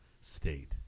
state